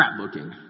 scrapbooking